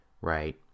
right